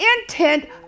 intent